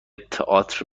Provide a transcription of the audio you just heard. تئاتر